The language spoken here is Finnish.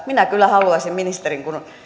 minä kyllä haluaisin ministerin kun